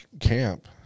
camp